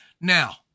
now